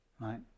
right